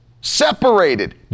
separated